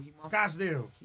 Scottsdale